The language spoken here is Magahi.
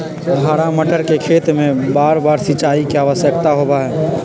हरा मटर के खेत में बारबार सिंचाई के आवश्यकता होबा हई